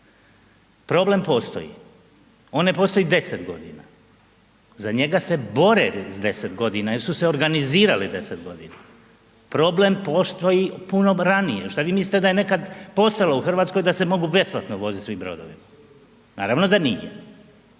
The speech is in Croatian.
problem postoji, on ne postoji 10 godina, za njega se bore ljudi 10 godina jer su se organizirali 10 godina, problem postoji puno ranije. Šta vi mislite da je nekad postojalo u Hrvatskoj da se moglo besplatno voziti svim brodovima? Naravno da nije.